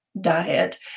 diet